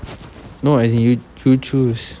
no as in you choose